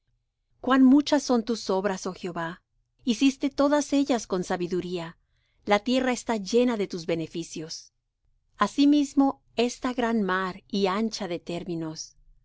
cuán muchas son tus obras oh jehová hiciste todas ellas con sabiduría la tierra está llena de tus beneficios asimismo esta gran mar y ancha de términos en